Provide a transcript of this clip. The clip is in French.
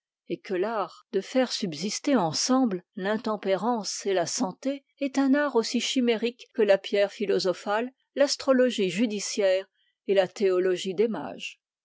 et que l'art de faire subsister ensemble l'intempérance et la santé est un art aussi chimérique que la pierre philosophale l'astrologie judiciaire et la théologie